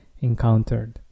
encountered